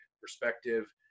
perspective